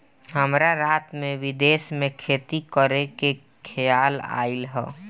हमरा रात में विदेश में खेती करे के खेआल आइल ह